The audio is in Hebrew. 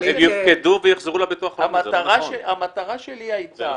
הם יופקדו ויוחזרו לו בתוך --- המטרה שלי הייתה